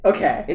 Okay